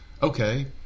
Okay